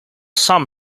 some